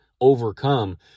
overcome